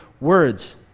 words